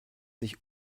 sich